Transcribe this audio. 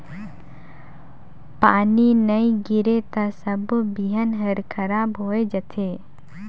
पानी नई गिरे त सबो बिहन हर खराब होए जथे